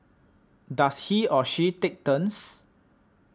does he or she take turns